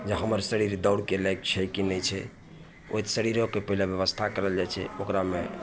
जे हमर शरीर दौड़के लायक छै कि नहि छै ओहि शरीरोके पहिले बेबस्था करल जाए छै ओकरामे